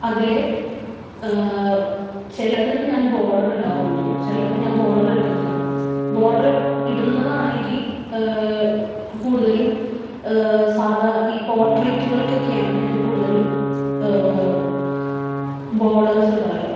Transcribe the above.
അതില് ചിലതിന് ഞാൻ ബോർഡർ ഇടാറുണ്ട് ചിലതിന് ബോർഡർ ഇടില്ല ബോർഡർ ഇടുന്നതാണെങ്കിൽ കൂടുതലും സാധാ ഈ പോട്രേയ്റ്റുകൾക്കൊക്കെയാണ് ഞാൻ കൂടുതലും ബോർഡേഴ്സ് ഇടാറ്